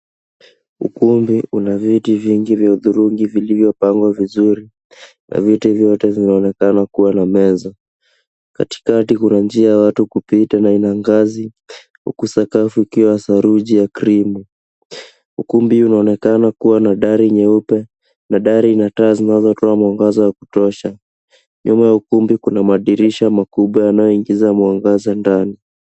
Ukumbi una viti vingi vya hudhurungi, vilivyo pangwa vizuri, na viti vyote vinaonekana kuwa na meza. Katikati kuna njia ya watu kupita na ina ngazi, huku sakafu ikiwa saruji ya krimu. Ukumbi unaonekana kuwa na dari nyeupe, na dari ina taa zinazotoa mwangaza wa kutosha. Nyuma ya ukumbi kuna madirisha makubwa yanayoingiza mwangaza ndani.